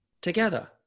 together